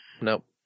nope